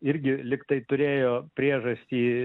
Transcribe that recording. irgi lyg tai turėjo priežastį